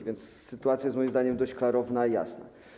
A więc sytuacja jest moim zdaniem dość klarowna i jasna.